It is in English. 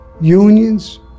unions